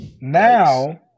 now